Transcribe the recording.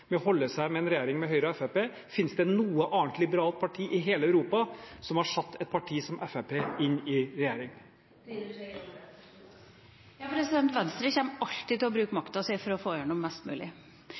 med en regjering med Høyre og Fremskrittspartiet? Fins det noe annet liberalt parti i hele Europa som har satt et parti som Fremskrittspartiet inn i regjering? Venstre kommer alltid til å bruke